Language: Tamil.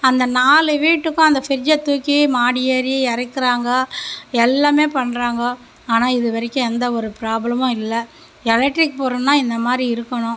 அந்த நாலு வீட்டுக்கும் அந்த ஃப்ரிட்ஜ்ஜை தூக்கி மாடி ஏறி இறக்குறாங்க எல்லாமே பண்ணுறாங்க ஆனால் இதுவரைக்கும் எந்த ஒரு ப்ராப்ளமும் இல்லை எலக்ட்ரிக் பொருள்னா இந்த மாதிரி இருக்கணும்